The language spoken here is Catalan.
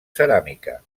ceràmica